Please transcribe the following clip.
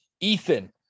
Ethan